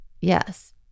Yes